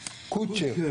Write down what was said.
קוטשר,